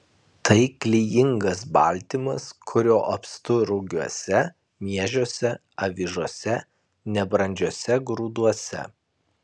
tai klijingas baltymas kurio apstu rugiuose miežiuose avižose nebrandžiuose grūduose